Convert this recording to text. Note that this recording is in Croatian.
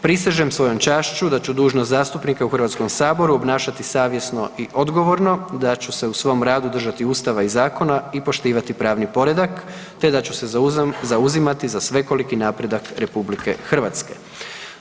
Prisežem svojom čašću da ću dužnost zastupnika u Hrvatskom saboru obnašati savjesno i odgovorno, da ću se u svom radu držati Ustava i zakona i poštivati pravni poredak te da ću se zauzimati za svekoliki napredak Republike Hrvatske.